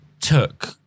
took